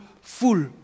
full